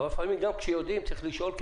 אבל לפעמים גם כשיודעים צריך לשאול,